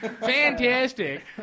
Fantastic